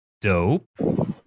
dope